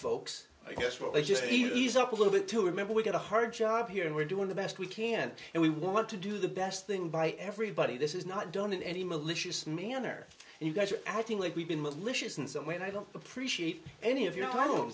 folks i guess well they just ease up a little bit to remember we've got a hard job here and we're doing the best we can and we want to do the best thing by everybody this is not done in any malicious manner and you guys are acting like we've been malicious in some way and i don't appreciate any of